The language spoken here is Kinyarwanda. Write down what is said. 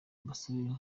mbasabe